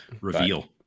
reveal